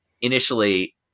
initially